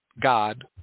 God